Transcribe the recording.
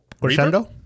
crescendo